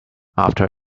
after